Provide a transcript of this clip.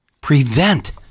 prevent